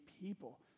people